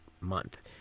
month